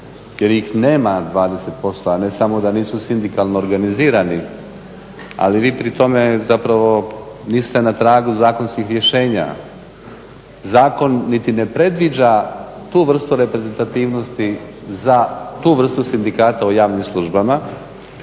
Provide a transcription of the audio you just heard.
jer ih nema 20% a ne samo da nisu sindikalno organizirani. Ali vi pri tome zapravo niste na tragu zakonskih rješenja. Zakon niti ne predviđa tu vrstu reprezentativnosti za tu vrstu sindikata u javnim službama.